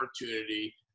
opportunity